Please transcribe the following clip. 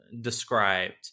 Described